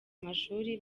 amashuri